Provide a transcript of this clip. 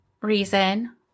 reason